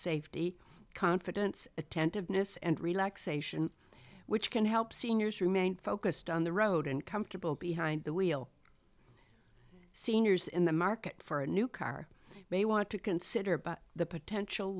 safety confidence attentiveness and relaxation which can help seniors remain focused on the road and comfortable behind the wheel seniors in the market for a new car may want to consider but the potential